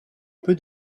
peu